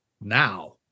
now